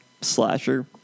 slasher